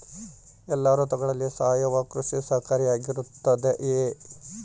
ಎಲ್ಲ ಋತುಗಳಲ್ಲಿ ಸಾವಯವ ಕೃಷಿ ಸಹಕಾರಿಯಾಗಿರುತ್ತದೆಯೇ?